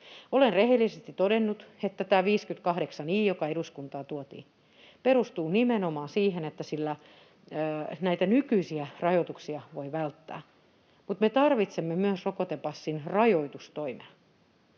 Olen rehellisesti todennut, että tämä 58 i, joka eduskuntaan tuotiin, perustuu nimenomaan siihen, että sillä näitä nykyisiä rajoituksia voi välttää, mutta me tarvitsemme myös rokotepassin rajoitustoimia.